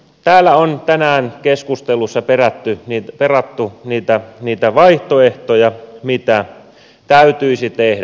täällä on tänään keskustelussa perattu niitä vaihtoehtoja mitä täytyisi tehdä